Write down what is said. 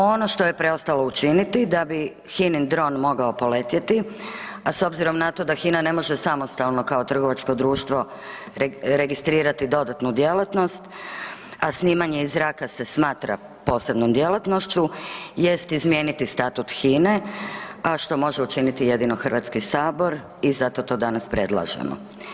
Ono što je preostalo učiniti da bi HINA-in dron mogao poletjeti, a s obzirom na to da HINA ne može samostalno kao trgovačko društvo registrirati dodatnu djelatnost, a snimanje iz zraka se smatra posebnom djelatnošću jest izmijeniti Statut HINA-e, a što može učiniti jedino HS i zato to danas predlažemo.